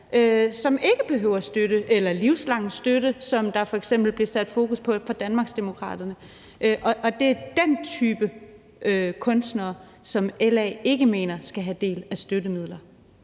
som ikke behøver støtte eller livslang støtte, som der f.eks. blev sat fokus på fra Danmarksdemokraternes side. Det er den type kunstnere, som LA ikke mener skal have del i støttemidler.